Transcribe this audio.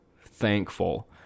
thankful